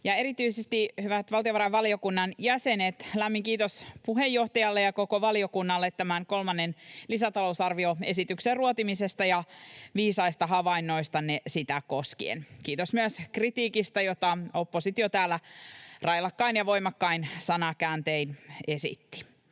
erityisesti hyvät valtiovarainvaliokunnan jäsenet — lämmin kiitos puheenjohtajalle ja koko valiokunnalle tämän kolmannen lisätalousarvioesityksen ruotimisesta ja viisaista havainnoistanne sitä koskien! Kiitos myös kritiikistä, jota oppositio täällä railakkain ja voimakkain sanakääntein esitti.